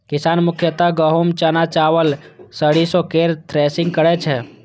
किसान मुख्यतः गहूम, चना, चावल, सरिसो केर थ्रेसिंग करै छै